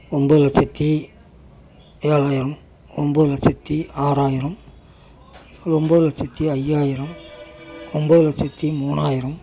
ஒம்பது லட்சத்து ஏழாயிரம் ஒம்பது லட்சத்து ஆறாயிரம் ஒம்பது லட்சத்து ஐயாயிரம் ஒம்பது லட்சத்து மூணாயிரம்